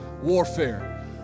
Warfare